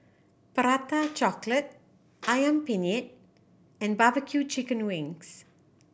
Prata Chocolate Ayam Penyet and barbecue chicken wings